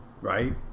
right